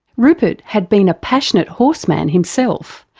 rupert had been a passionate horse man himself,